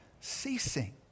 ceasing